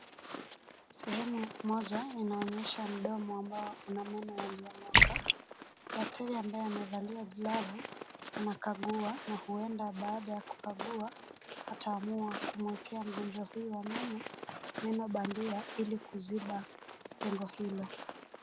Sehemu moja inaonyesha mdomo yenye meno yaliyong'oka. Daktari ambaye amevalia glavu anakagua na huenda baada ya kukagua ataamua kumwekea mgonjwa huyu wa meno, meno bandia ili kuziba pengo hilo.